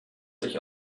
sich